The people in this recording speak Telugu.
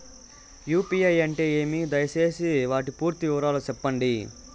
యు.పి.ఐ అంటే ఏమి? దయసేసి వాటి పూర్తి వివరాలు సెప్పండి?